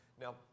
Now